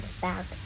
back